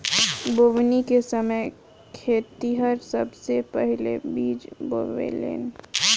बोवनी के समय खेतिहर सबसे पहिले बिज बोवेलेन